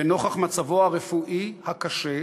ונוכח מצבו הרפואי הקשה,